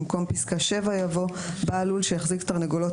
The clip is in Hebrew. במקום פסקה (7) יבוא: "(7)בעל לול שהחזיק תרנגולות